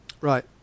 Right